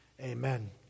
Amen